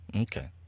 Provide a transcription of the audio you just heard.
Okay